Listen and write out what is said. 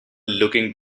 looking